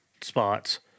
spots